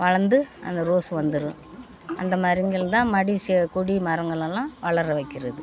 வளர்ந்து அந்த ரோஸு வந்துடும் அந்த மரிங்கள் தான் மடி சே கொடி மரங்களெல்லாம் வளர வைக்கிறது